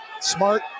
Smart